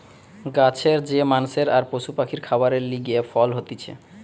গাছের যে মানষের আর পশু পাখির খাবারের লিগে ফল হতিছে